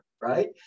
right